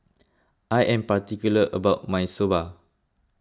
I am particular about my Soba